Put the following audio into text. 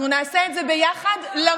אנחנו נעשה את זה ביחד, תשמעי את השיח פה.